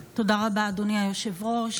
תודה רבה, אדוני היושב-ראש.